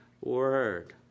word